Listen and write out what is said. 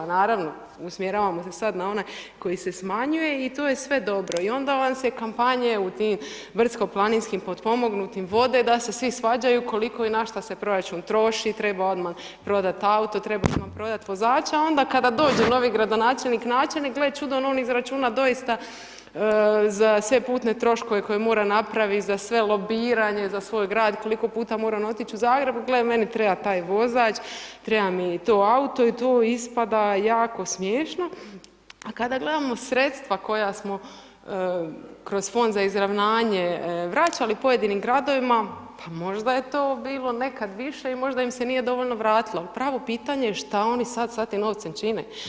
Naravno, usmjeravamo se sad one koji se smanjuje i to je sve dobro i onda vam se kampanje u tim brdsko-planinskim i potpomognutim vode da se svi svađaju koliko i na šta se proračun troši, treba odmah prodati auto, treba ... vozača, onda kada dođe novi gradonačelnik, načelnik, gle čuda, on izračuna doista za sve putne troškove koje mora napraviti, za sve lobiranje, za svoj grad, koliko puta mora otić u Zagreb, gle meni treba taj vozač, treba mi taj auto i tu ispada jako smiješno a kada gledamo sredstva koja smo kroz Fond za izravnanje vraćali pojedinim gradovima, pa možda je to bilo nekad više i možda im se nije dovoljno vratilo ali pravo pitanje je šta oni sad sa tim novcem čine.